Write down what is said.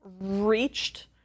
reached